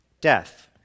death